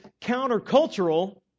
countercultural